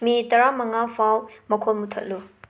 ꯃꯤꯠ ꯇꯔꯥꯃꯉꯥ ꯐꯥꯎ ꯃꯈꯣꯜ ꯃꯨꯊꯠꯂꯨ